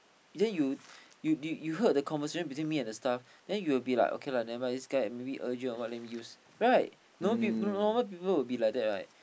then you you you you heard the conversation between me and the staff then you will be like okay lah maybe this guy maybe urgent or what let me use right normal people normal people will be like that right